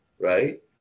Right